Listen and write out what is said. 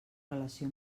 relació